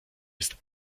ist